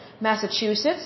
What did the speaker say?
Massachusetts